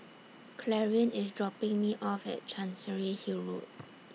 Clarine IS dropping Me off At Chancery Hill Road